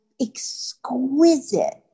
exquisite